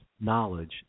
knowledge